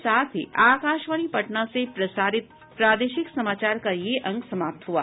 इसके साथ ही आकाशवाणी पटना से प्रसारित प्रादेशिक समाचार का ये अंक समाप्त हुआ